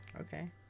okay